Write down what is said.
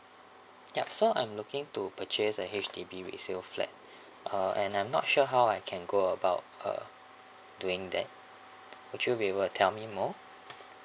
ya so I'm looking to purchase a H_D_B resale flat uh and I'm not sure how I can go about uh doing that would you be able to tell me more